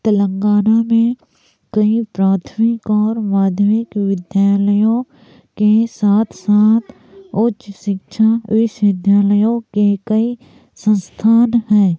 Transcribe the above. तेलंगाना में कई प्राथमिक और माध्यमिक विद्यालयों के साथ साथ उच्च शिक्षा विश्वविद्यालयों के कई संस्थान हैं